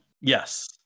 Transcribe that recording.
Yes